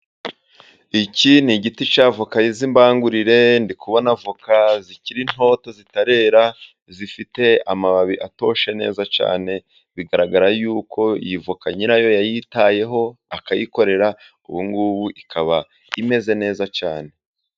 Iki ni igiti cya avoka z’imbangurire. Ndi kubona avoka zikiri ntoto, zitarera, zifite amababi atoshye neza cyane. Bigaragara yuko iyi avoka nyirayo yayitayeho akayikorera, ubungubu ikaba imeze neza cyane.